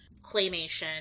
claymation